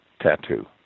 tattoo